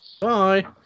Bye